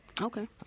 Okay